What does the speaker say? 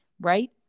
right